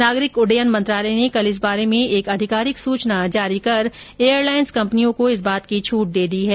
नागरिक उड्डयन मंत्रालय ने कल इस बारे में एक अधिकारिक सूचना जारी कर एयरलाईन कम्पनियों को इस बात की छूट दे दी है